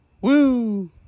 Woo